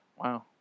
Wow